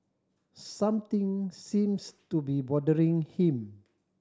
something seems to be bothering him